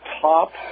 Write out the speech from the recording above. top